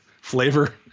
Flavor